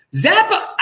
Zappa